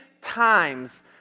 times